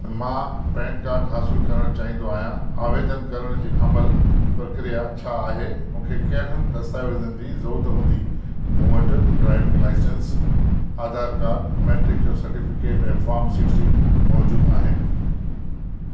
मां PAN card हासिल करणु चाहींदो आहियां आवेदन करण जी अमल प्रक्रिया छा आहे मूंखे कहिड़नि दस्तावेज़नि जी ज़रूरत हूंदी मूं वटि driving licence Aadhaar card matric certificate ऐं फॉर्म सिक्सटीन मौजूदु आहिनि